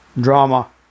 Drama